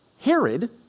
Herod